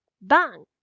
bang